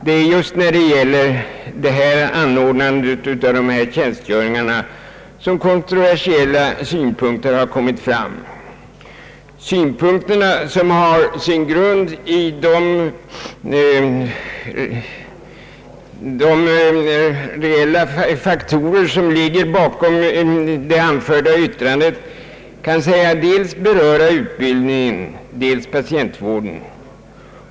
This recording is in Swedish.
Det är just när det gäller anordnandet av sådana tjänstgöringar som kontroversiella synpunkter har kommit fram. Dessa synpunkter, som har sin grund i de reella faktorer som ligger bakom det anförda yttrandet, kan sägas beröra dels utbildningen, dels patientvården.